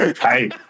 Hey